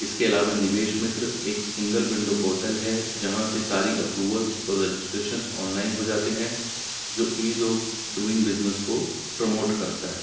اس کے علاوہ نویش متر ایک سنگل ونڈو پورٹل ہے جہاں سے ساری اپروولس اور رجسٹریشنس آن لائن ہو جاتے ہیں جو ایز آف ڈئنگ بزنس کو پرموٹ کرتا ہے